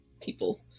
people